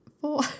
four